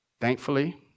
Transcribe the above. Thankfully